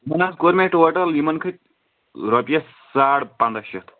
یِمن حظ کوٚر مےٚ ٹوٹل یِمن کھٔتۍ رۄپیٮس ساڈ پنداہ شیٚتھ